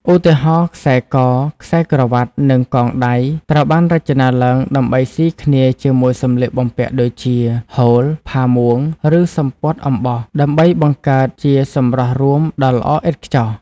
ឧទាហរណ៍ ខ្សែ ក ខ្សែក្រវាត់ និងកងដៃ ត្រូវបានរចនាឡើងដើម្បីស៊ីគ្នាជាមួយសម្លៀកបំពាក់ដូចជា ហូល ផាមួង ឬសំពត់អំបោះ ដើម្បីបង្កើតជាសម្រស់រួមដ៏ល្អឥតខ្ចោះ។